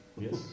Yes